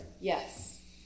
yes